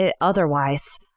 otherwise